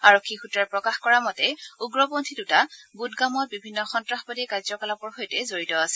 আৰক্ষী সূত্ৰই প্ৰকাশ কৰা মতে উগ্ৰপন্থী দুটা বুদগামত বিভিন্ন সন্নাসবাদী কাৰ্যকলাপৰ সৈতে জড়িত আছিল